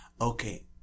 Okay